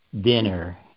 dinner